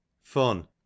Fun